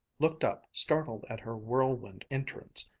looked up, startled at her whirlwind entrance.